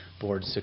Board